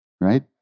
Right